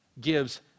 gives